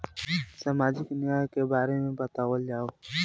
सामाजिक न्याय के बारे में बतावल जाव?